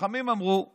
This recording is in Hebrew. וחכמים אמרו שלא.